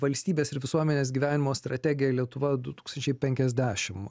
valstybės ir visuomenės gyvenimo strategija lietuva du tūkstančiai penkiasdešim